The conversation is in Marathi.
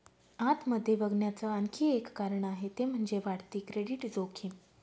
आत मध्ये बघण्याच आणखी एक कारण आहे ते म्हणजे, वाढती क्रेडिट जोखीम